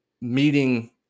meeting